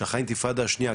אחרי האינתיפאדה השנייה,